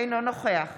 אינו נוכח